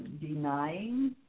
denying